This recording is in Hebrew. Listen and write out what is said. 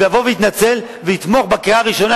ויבוא ויתנצל ויתמוך בקריאה הראשונה,